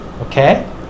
Okay